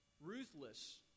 ruthless